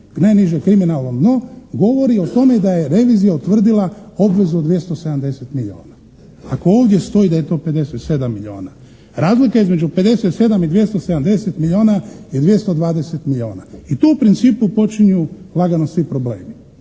najniže kriminalno dno, govori o tome da je revizija utvrdila obvezu od 270 milijuna. Ako ovdje stoji da je to 57 milijuna, razlika između 57 i 270 milijuna je 220 milijuna i tu u principu počinju lagano svi problemi.